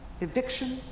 eviction